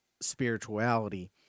spirituality